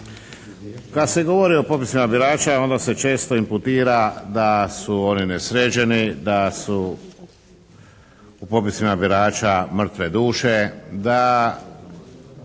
Kad se govori o popisima birača onda se često imputira da su oni nesređeni, da su u popisima birača mrtve duše, da